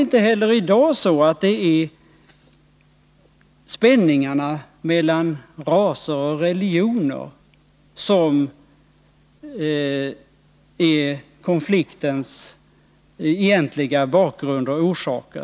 Inte heller i dag är det spänningarna mellan raser och religioner som är konfliktens egentliga bakgrund och orsak.